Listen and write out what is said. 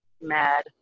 mad